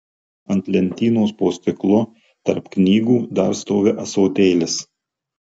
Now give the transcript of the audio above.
ant lentynos po stiklu tarp knygų dar stovi ąsotėlis